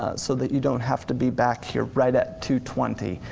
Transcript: ah so that you don't have to be back here right at two twenty,